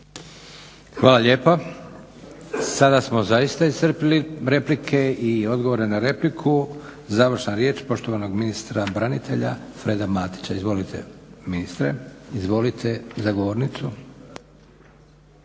Hvala lijepa. Sada smo zaista iscrpili replike i odgovore na repliku. Završna riječ poštovanog ministra branitelja Freda Matića. Izvolite ministre. **Matić, Predrag